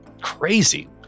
crazy